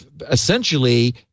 essentially